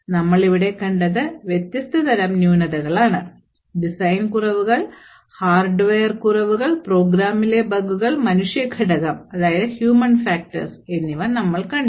നമ്മൾ ഇവിടെ കണ്ടത് വ്യത്യസ്ത തരം ന്യൂനതകളാണ് ഡിസൈൻ കുറവുകൾ ഹാർഡ്വെയർ കുറവുകൾ പ്രോഗ്രാമിലെ ബഗുകൾ മനുഷ്യ ഘടകം എന്നിവ നമ്മൾ കണ്ടു